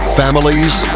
families